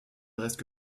restent